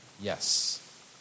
Yes